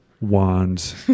Wands